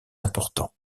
important